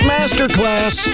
Masterclass